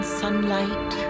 sunlight